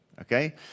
Okay